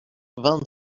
vingt